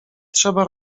trzeba